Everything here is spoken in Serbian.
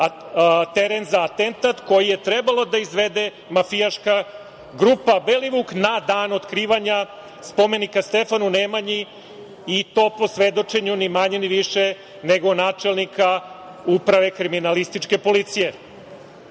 teren za atentat koji je trebalo da izvede mafijaška grupa „Belivuk“ na dan otkrivanja spomenika Stefanu Nemanji i to po svedočenju, ni manje ni više, nego načelnika Uprave kriminalističke policije. Dakle,